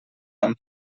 amb